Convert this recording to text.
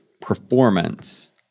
performance